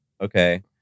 Okay